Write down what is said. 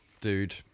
dude